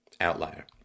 outlier